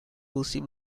bushy